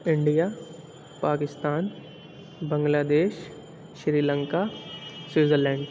India Pakistan Bangladesh Sri Lanka Switzerland